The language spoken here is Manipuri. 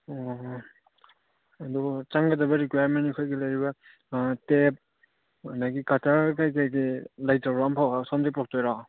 ꯑꯣ ꯑꯗꯨ ꯆꯪꯒꯗꯕ ꯔꯤꯀ꯭ꯋꯥꯏꯌꯔꯃꯦꯟ ꯑꯩꯈꯣꯏꯒꯤ ꯂꯩꯔꯤꯕ ꯇꯦꯞ ꯑꯗꯒꯤ ꯀꯠꯇꯔ ꯀꯩꯀꯩꯗꯤ ꯂꯩꯇ꯭ꯔꯕ꯭ꯔꯥ ꯑꯝꯐꯥꯎꯕ ꯁꯣꯝꯗꯒꯤ ꯄꯣꯔꯛꯇꯣꯏꯔꯣ